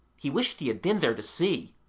he wished he had been there to see.